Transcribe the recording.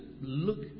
look